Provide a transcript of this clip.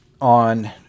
on